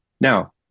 Now